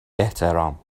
احترام